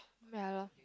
ya lah